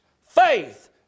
faith